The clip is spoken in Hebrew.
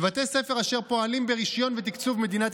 בבתי הספר אשר פועלים ברישיון ותקצוב מדינת